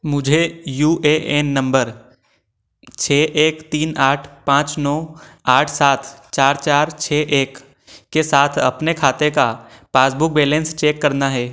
मुझे U A N number छः एक तीन आठ पाँच नौ आठ सात चार चार छः एक के साथ अपने खाते का पासबुक बैलेन्स चेक करना है